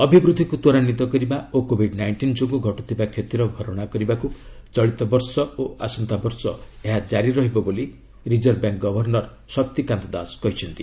ଅଭିବୃଦ୍ଧିକୁ ତ୍ୱରାନ୍ୱିତ କରିବା ଓ କୋବିଡ୍ ନାଇଷ୍ଟିନ୍ ଯୋଗୁଁ ଘଟୁଥିବା କ୍ଷତିର ଭରଣା କରିବାକୁ ଚଳିତବର୍ଷ ଓ ଆସନ୍ତା ବର୍ଷ ଏହା ଜାରି ରହିବ ବୋଲି reserve bank governor Shaktikanta Das କହିଛନ୍ତି